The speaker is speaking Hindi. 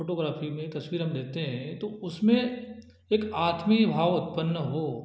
फोटोग्राफी में तस्वीरें हम लेते हैं तो उसमें एक आत्मीय भाव उत्पन्न हो